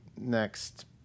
next